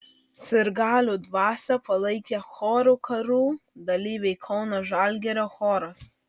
sirgalių dvasią palaikė chorų karų dalyviai kauno žalgirio choras